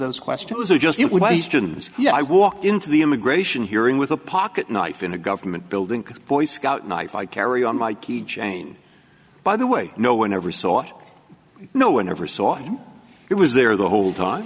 those questions would you yeah i walked into the immigration hearing with a pocket knife in a government building because boy scout knife i carry on my key chain by the way no one ever saw it no one ever saw him it was there the whole time